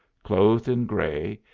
clothed in gray,